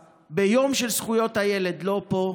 ביום של זכויות הילד שר הרווחה לא פה,